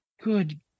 Good